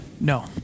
No